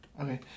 Okay